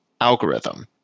algorithm